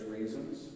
reasons